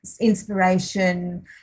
inspiration